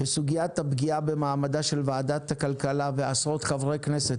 וסוגיית הפגיעה במעמדה של ועדת הכלכלה ועשרות חברי כנסת